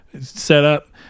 setup